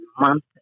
month